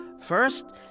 First